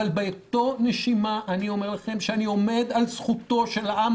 אבל באותה נשימה אני עומד על זכותו של העם